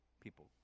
people